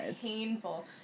painful